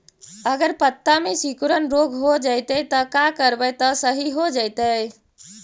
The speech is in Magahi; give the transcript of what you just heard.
अगर पत्ता में सिकुड़न रोग हो जैतै त का करबै त सहि हो जैतै?